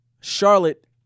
Charlotte